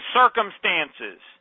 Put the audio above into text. circumstances